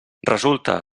resulta